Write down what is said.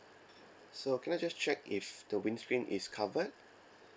so can I just check if the windscreen is covered